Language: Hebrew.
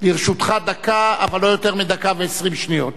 לרשותך דקה, אבל לא יותר מדקה ו-20 שניות.